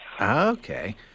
okay